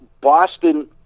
Boston